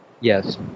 yes